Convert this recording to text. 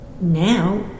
now